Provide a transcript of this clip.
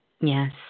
Yes